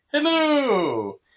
Hello